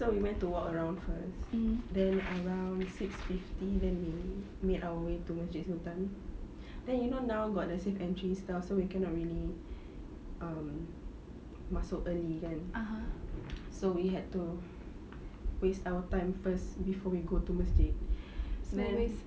so we went to walk around first then around me six fifty then we made our way to masjid sultan then you know now got the safe entry staff so we cannot really um masuk early kan so we had to waste our time first before we go to masjid then